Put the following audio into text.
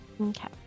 okay